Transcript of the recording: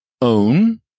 own